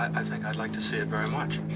i think i'd like to see it very much.